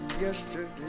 yesterday